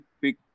big